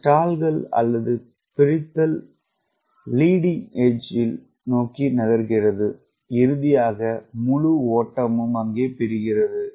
இந்த ஸ்டால்கள் அல்லது பிரித்தல் லீடிங் எட்ஜ் நோக்கி நகர்கிறது இறுதியாக முழு ஓட்டமும் பிரிக்கிறது